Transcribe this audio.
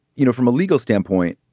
you know, from a legal standpoint,